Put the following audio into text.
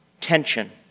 tension